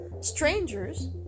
strangers